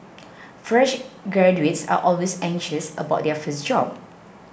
fresh graduates are always anxious about their first job